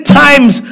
times